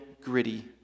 gritty